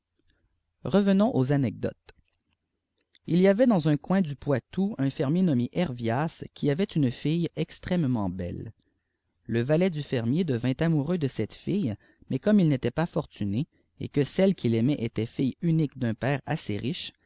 revenons aux anecdotes il y avait dans un coin du poitou un fermier nommé heryias qui avait une fille extrêmement belle le valet du ferinieir dnt ameureuxde cette fille mais comme il n'était pas fortuné que œme qu'il aimait était fille unique dun père assez riche